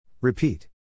Repeat